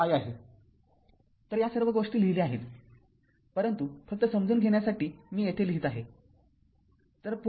तर या सर्व गोष्टी लिहिल्या आहेत परंतु फक्त समजून घेण्यासाठी मी येथे लिहित आहे